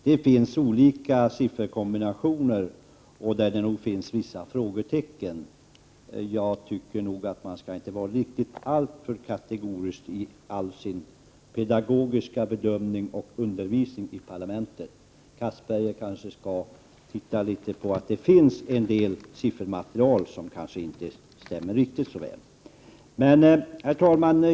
Det finns olika sifferkombinationer, där det nog finns vissa frågetecken. Man skall inte vara alltför kategorisk i sin bedömning och undervisning i parlamentet. Anders Castberger kanske skall titta litet på det siffermaterial som finns. Då kanske han finner att allting inte stämmer riktigt så väl. Herr talman!